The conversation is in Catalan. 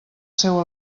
seu